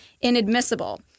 inadmissible